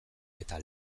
eta